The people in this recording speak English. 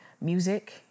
music